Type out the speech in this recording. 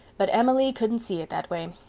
but emily couldn't see it that way.